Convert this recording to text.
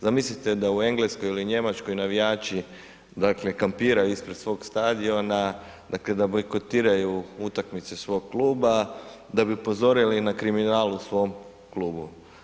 Zamislite da u Engleskoj ili Njemačkoj navijači kampiraju ispred svog stadiona, dakle da bojkotiraju utakmice svog kluba, da bi upozorili na kriminal u svom klubu.